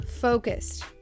focused